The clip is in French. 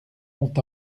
ont